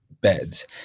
beds